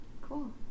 Cool